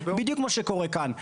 בדיוק כמו שקורה כאן.